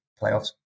playoffs